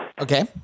Okay